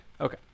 Okay